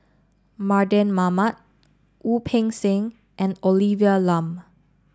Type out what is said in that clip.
Mardan Mamat Wu Peng Seng and Olivia Lum